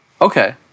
Okay